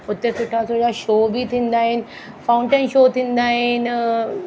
हुते सुठा सुठा शो बि थींदा आहिनि फ़ाउंटेन शो थींदा आहिनि